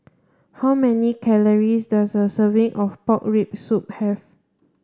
how many calories does a serving of pork rib soup have